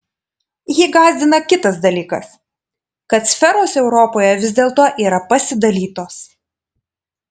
jį gąsdina kitas dalykas kad sferos europoje vis dėlto yra pasidalytos